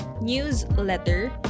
newsletter